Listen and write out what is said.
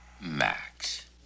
Max